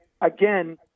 again